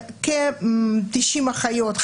כ-90 אחיות,